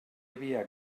havia